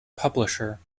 publisher